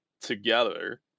together